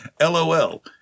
LOL